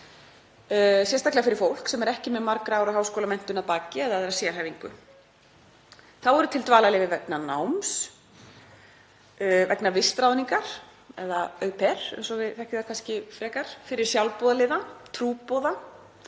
sérstaklega fyrir fólk sem er ekki með margra ára háskólamenntun að baki eða sérhæfingu. Þá eru til dvalarleyfi vegna náms, vegna vistráðningar eða au pair, eins og við þekkjum það kannski frekar, fyrir sjálfboðaliða, trúboða,